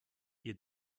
ihr